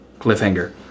cliffhanger